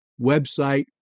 website